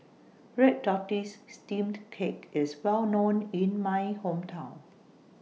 Red Tortoise Steamed Cake IS Well known in My Hometown